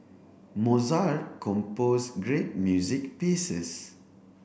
Mozart compose great music pieces